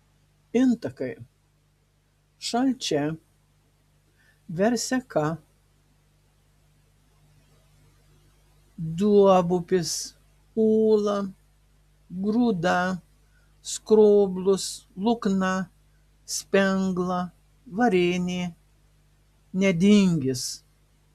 intakai šalčia verseka duobupis ūla grūda skroblus lukna spengla varėnė nedingis